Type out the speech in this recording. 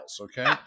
Okay